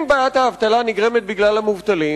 אם בעיית האבטלה נגרמת בגלל המובטלים,